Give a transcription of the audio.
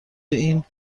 این